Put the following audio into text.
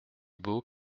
beaux